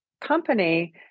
company